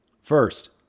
First